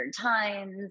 times